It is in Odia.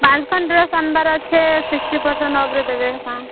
ଡ୍ରେସ୍ ଆଣିବାର ଅଛେ ସିକ୍ସଟି ପରସେଣ୍ଟ୍ ଅଫ୍ରେ ଦେବେ କ'ଣ